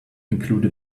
include